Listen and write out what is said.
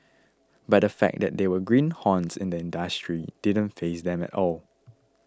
but the fact that they were greenhorns in the industry didn't faze them at all